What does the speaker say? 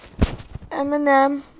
Eminem